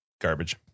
garbage